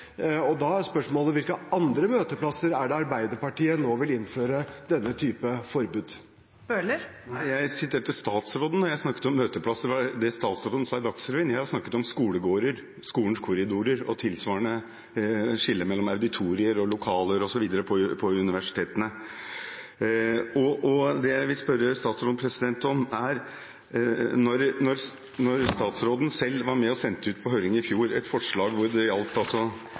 Arbeiderpartiet nå vil innføre denne type forbud. Jeg siterte statsråden når jeg snakket om møteplasser; det var det statsråden sa i Dagsrevyen. Jeg har snakket om skolegårder og skolens korridorer og tilsvarende skille mellom auditorier og lokaler på universitetene. Det jeg vil spørre statsråden om, er: Når statsråden selv var med på å sende på høring i fjor et forslag som gjaldt i friminuttene, på universitetenes og utdanningsinstitusjonenes områder, var det